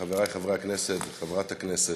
מכובדי היושב-ראש, חברי חברי הכנסת, חברת הכנסת,